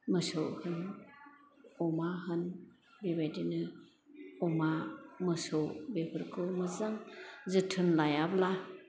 मोसौ होन अमा होन बेबायदिनो अमा मोसौ बेफोरखौ मोजां जोथोन लायाब्ला